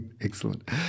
Excellent